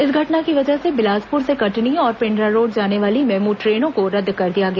इस घटना की वजह से बिलासपुर से कटनी और पेंड्रारोड जाने वाली मेमू ट्रेनों को रद्द कर दिया गया